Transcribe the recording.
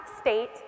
state